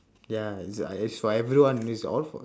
ya is it's for everyone it's all for